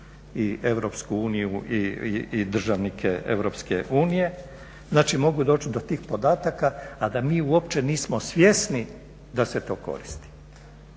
i EU i državnike EU, znači mogu doći do tih podataka, a da mi uopće nismo svjesni da se to koristi.